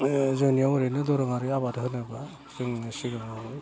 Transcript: जोंनियाव ओरैनो दोरोंआरि आबाद होनोब्ला जों सिगांआव